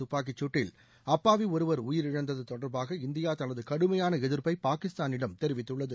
துப்பாக்கிச்சூட்டில் அப்பாவி ஒருவர் உயிரிழந்தது தொடர்பாக இந்தியா தனது கடுமையான எதிர்ப்பை பாகிஸ்தானிடம் தெரிவித்துள்ளது